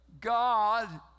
God